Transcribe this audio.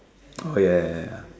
oh ya ya ya ya ya